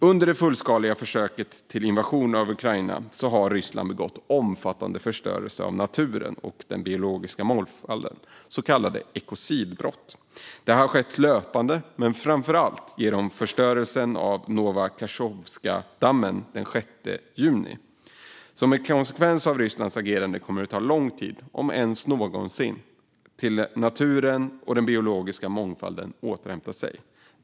Under det fullskaliga försöket till invasion av Ukraina har Ryssland begått omfattande förstörelse av naturen och den biologiska mångfalden, så kallade ekocidbrott. Det har skett löpande men framför allt genom förstörelsen av Nova Kachovkadammen den 6 juni. Som en konsekvens av Rysslands agerande kommer det att ta lång tid tills naturen och den biologiska mångfalden återhämtar sig, om det någonsin sker.